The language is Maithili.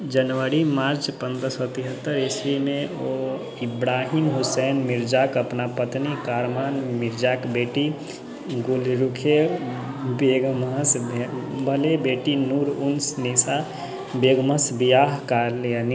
जनवरी मार्च पन्द्रह सए तेहत्तर ईस्वीमे ओ इब्राहिम हुसैन मिर्जाक अपना पत्नी कामरान मिर्जाक बेटी गुलरुख बेगमस भेल बेटी नूर उन निसा बेगमस बिआह कयलनि